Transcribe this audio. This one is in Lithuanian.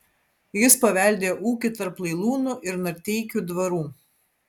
jis paveldėjo ūkį tarp lailūnų ir narteikių dvarų